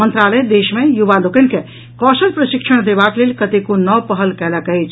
मंत्रालय देश मे युवा लोकनि के कौशल प्रशिक्षण देबाक लेल कतेको नव पहल कयलक अछि